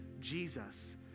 Jesus